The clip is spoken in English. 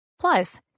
Plus